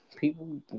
people